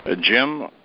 Jim